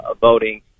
voting